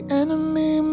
enemy